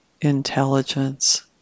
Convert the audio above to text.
intelligence